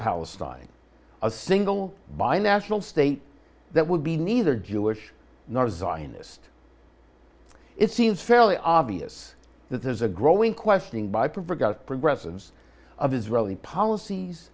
palestine a single binational state that would be neither jewish nor a zionist it seems fairly obvious that there's a growing questioning by prefer got progressives of israeli policies